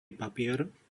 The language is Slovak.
papier